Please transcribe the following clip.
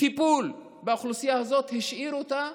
טיפול באוכלוסייה הזאת, השאירו אותה